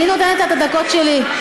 אני נותנת לה את הדקות שלי.